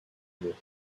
bleues